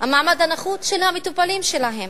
המעמד הנחות של המטופלים שלהם.